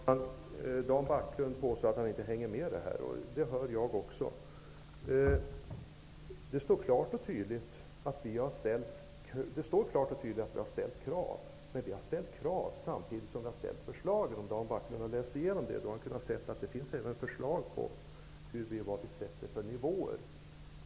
Herr talman! Rune Backlund påstår att han inte hänger med i mitt resonemang. Våra krav är klara och tydliga. Men vi har ställt dessa krav samtidigt som vi har lagt fram förslag. Om Rune Backlund läser igenom vår motion, kan han se att det finns även förslag till olika nivåer.